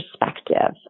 perspective